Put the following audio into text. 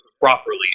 properly